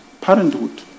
parenthood